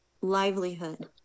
livelihood